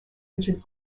richard